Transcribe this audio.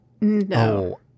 No